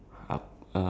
ya